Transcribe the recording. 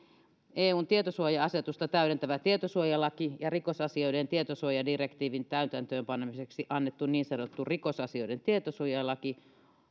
eun tietosuoja asetusta täydentävä tietosuojalaki ja rikosasioiden tietosuojadirektiivin täytäntöönpanemiseksi annettu niin sanottu rikosasioiden tietosuojalaki